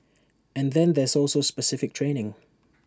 and then there's also specific training